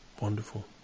Wonderful